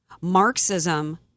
Marxism